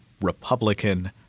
Republican